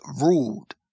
ruled